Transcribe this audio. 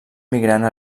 migrant